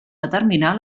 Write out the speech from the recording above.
determinar